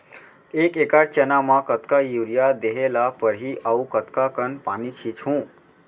एक एकड़ चना म कतका यूरिया देहे ल परहि अऊ कतका कन पानी छींचहुं?